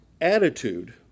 attitude